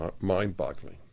mind-boggling